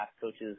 coaches